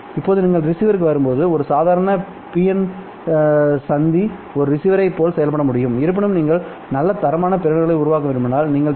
இப்போது நீங்கள் ரிசீவருக்கு வரும்போது ஒரு சாதாரண பிஎன் சந்தி ஒரு ரிசீவரைப் போல செயல்பட முடியும் இருப்பினும்நீங்கள் நல்ல தரமான பெறுநர்களை உருவாக்க விரும்பினால் நீங்கள் பி